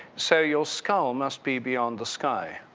so, your skull must be beyond the sky.